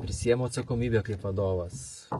prisiimu atsakomybę kaip vadovas